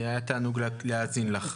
היה תעונג להאזין לך.